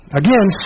again